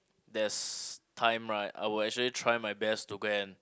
there's time right I will actually try my best to go and